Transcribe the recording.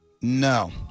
No